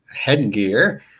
headgear